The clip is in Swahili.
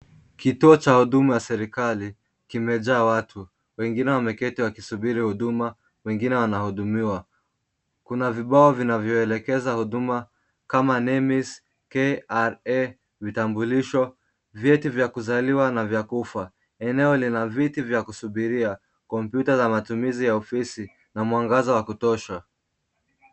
Kituo cha huduma ya serikali, kimejaa watu. Wengine wameketi wakisubiri huduma, wengine wanahudumiwa. Kuna vibao vinavyoelekeza huduma, kama NEMIS, KRA, vitambulisho, vyeti vya kuzaliwa na vya kufa. Eneo lina viti vya kusubiria, kompyuta za matumizi ya ofisi na mwangaza wa kutosha.